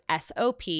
sop